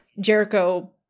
Jericho